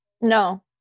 No